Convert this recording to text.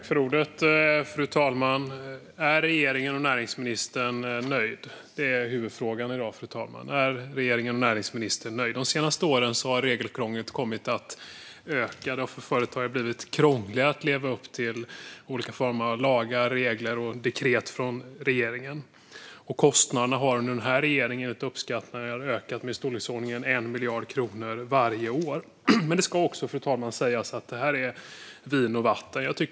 Fru talman! Är regeringen och näringsministern nöjda? Det är huvudfrågan i dag, fru talman. De senaste åren har regelkrånglet kommit att öka. För företagare har det blivit krångligare att leva upp till olika former av lagar, regler och dekret från regeringen. Kostnaderna har under den här regeringen enligt uppskattningar ökat med i storleksordningen 1 miljard kronor varje år. Fru talman! Det ska också sägas att det här är vin och vatten.